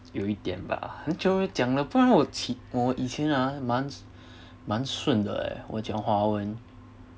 一点吧很久没有讲了不然啊我以前啊蛮顺的呃我讲华文